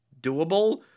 doable